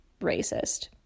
racist